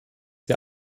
wir